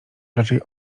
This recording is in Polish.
raczej